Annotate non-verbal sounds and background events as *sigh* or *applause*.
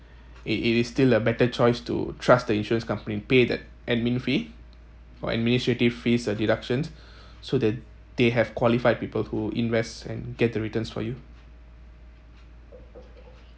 it it is still a better choice to trust the insurance companies pay that admin fee or administrative fees or deductions *breath* so that they have qualified people who invest and get the returns for you